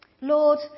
Lord